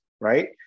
right